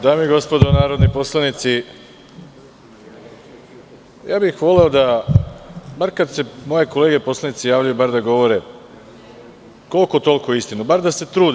Dame i gospodo narodni poslanici, voleo bih da bar kad se moje kolege poslanici javljaju bar da govore koliko-toliko istinu, bar da se trude.